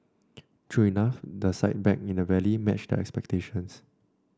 true enough the sight back in the valley matched their expectations